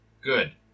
good